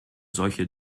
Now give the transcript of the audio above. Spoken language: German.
solche